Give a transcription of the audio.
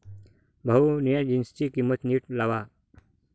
भाऊ, निळ्या जीन्सची किंमत नीट लावा